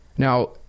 Now